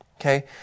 okay